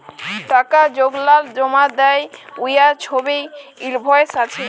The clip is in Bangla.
টাকা যেগলাল জমা দ্যায় উয়ার ছবই ইলভয়েস আছে